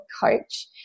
coach